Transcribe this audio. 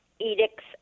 edicts